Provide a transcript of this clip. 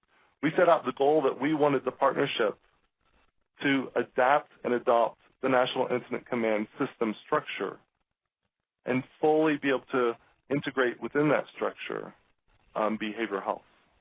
we set out the goal that we wanted the partnership to adapt and adopt the national incident command system structure and fully be able to integrate within that structure behavioral health.